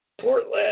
Portland